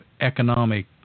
economic